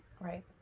Right